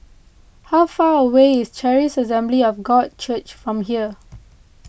how far away is Charis Assembly of God Church from here